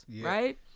Right